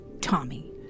Tommy